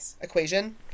equation